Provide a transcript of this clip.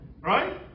right